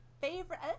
favorite